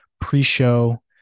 pre-show